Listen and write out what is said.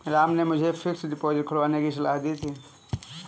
राम ने मुझे fixed deposit खुलवाने की सलाह दी थी